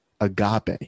agape